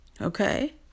okay